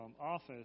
office